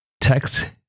text